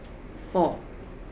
four